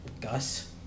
gus